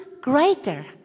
greater